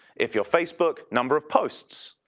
if you're facebook, number of posts.